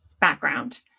background